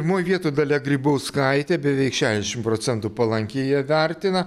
pirmoj vietoj dalia grybauskaitė beveik šedešim procentų palankiai ją vertina